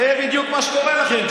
זה בדיוק מה שקורה לכם,